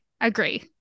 Agree